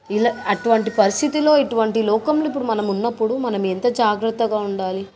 ఇలా అటువంటి పరిస్థితులో ఇటువంటి లోకంలో ఇప్పుడు మనం ఉన్నప్పుడు ఎంత జాగ్రత్తగా ఉండాలి